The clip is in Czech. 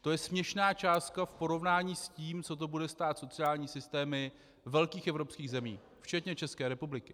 To je směšná částka v porovnání s tím, co to bude stát sociální systémy velkých evropských zemí včetně České republiky.